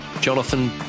Jonathan